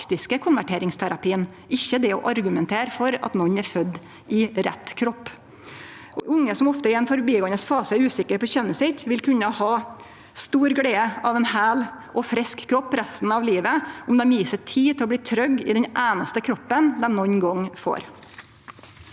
den faktiske konverteringsterapien, ikkje det å argumentere for at nokre er fødde i rett kropp. Unge som ofte i ein forbigåande fase er usikre på kjønnet sitt, vil kunne ha stor glede av ein heil og frisk kropp resten av livet, om dei gjev seg tid til å bli trygge i den einaste kroppen dei nokon gong får.